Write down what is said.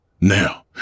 Now